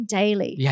daily